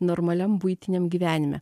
normaliam buitiniam gyvenime